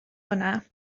hwnna